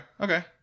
okay